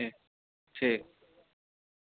ठीक ठीक